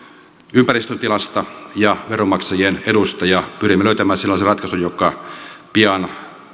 ympäristön tilasta ja veronmaksajien edusta ja pyrimme löytämään sellaisen ratkaisun joka pian